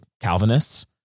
Calvinists